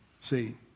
see